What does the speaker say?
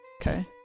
Okay